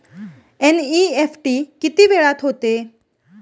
NEFT किती वेळात होते?